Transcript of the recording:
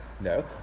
No